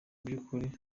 by’ukuri